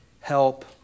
help